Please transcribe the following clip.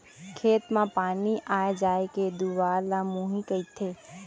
खेत म पानी आय जाय के दुवार ल मुंही कथें